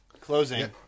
Closing